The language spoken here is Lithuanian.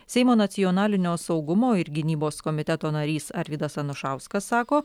seimo nacionalinio saugumo ir gynybos komiteto narys arvydas anušauskas sako